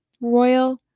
royal